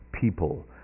people